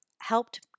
Helped